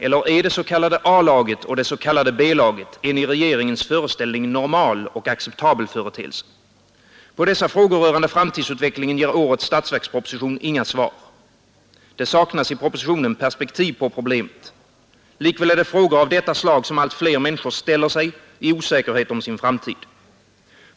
Anser man över huvud att saken utgör ett problem, eller är ”A-laget” och ”B-laget” en i regeringens föreställning normal och acceptabel företeelse? På dessa frågor rörande framtidsutvecklingen ger årets statsverksproposition inga svar. Det saknas i propositionen perspektiv på problemet. Likväl är det frågor av detta slag som allt fler människor ställer i osäkerhet om sin framtid.